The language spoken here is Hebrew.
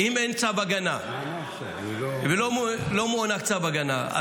אם לא מוענק צו הגנה,